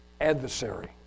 adversary